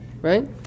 Right